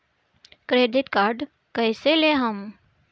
Credit card कईसे लेहम?